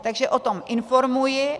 Takže o tom informuji.